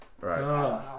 Right